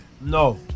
No